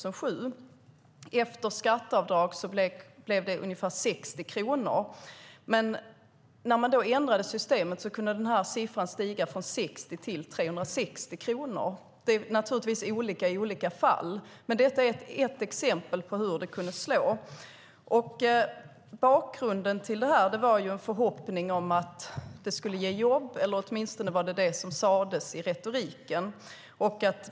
Efter skatteavdrag blev det ungefär 60 kronor. När systemet ändrades kunde den siffran stiga från 60 kronor till 360 kronor. Det är naturligtvis olika i olika fall, men det är ett exempel på hur det kunde slå. Bakgrunden till det var en förhoppning om att det skulle ge jobb, åtminstone lät det så i retoriken.